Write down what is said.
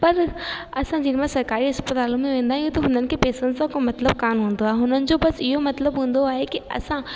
पर असां जेॾी महिल सरकारी अस्पताल में वेंदा आहियूं त हुननि खे पेसनि सां को मतिलबु कोन हूंदो आहे हुननि जो बसि इहो मतिलबु हूंदो आहे की असां